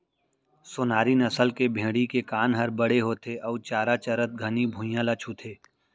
सोनारी नसल के भेड़ी के कान हर बड़े होथे अउ चारा चरत घनी भुइयां ल छूथे